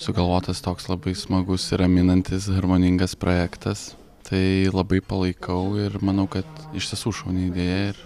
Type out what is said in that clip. sugalvotas toks labai smagus ir raminantis harmoningas projektas tai labai palaikau ir manau kad iš tiesų šauni idėja ir